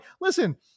listen